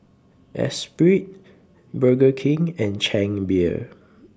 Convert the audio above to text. Espirit Burger King and Chang Beer